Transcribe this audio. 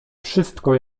wszystko